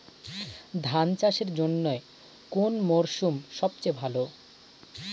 ধান চাষের জন্যে কোন মরশুম সবচেয়ে ভালো?